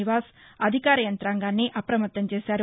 నివాస్ అధికార యంత్రాంగాన్ని అప్రమత్తం చేశారు